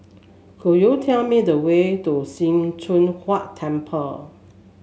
could you tell me the way to Sim Choon Huat Temple